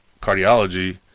cardiology